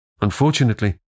Unfortunately